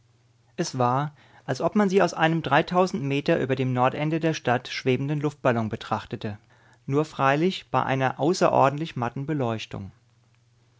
es war als ob man sie aus einem dreitausend meter über dem nordende der stadt schwebenden luftballon betrachtete nur freilich bei einer außerordentlich matten beleuchtung